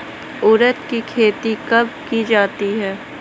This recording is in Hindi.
उड़द की खेती कब की जाती है?